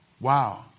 Wow